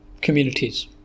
communities